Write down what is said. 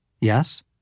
Yes